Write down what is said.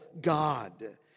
God